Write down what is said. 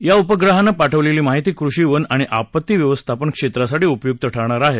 या उपग्रहानं पाठवलेली माहिती कृषी वन आणि आपत्तीव्यवस्थापन क्षेत्रासाठी उपयुक ठरणार आहे